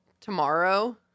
tomorrow